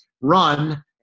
run